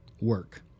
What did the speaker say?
work